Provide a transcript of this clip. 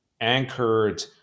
anchored